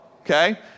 okay